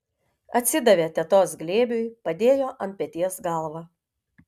atsidavė tetos glėbiui padėjo ant peties galvą